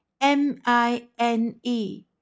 M-I-N-E